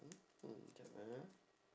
mmhmm jap eh